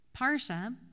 Parsha